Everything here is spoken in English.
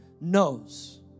knows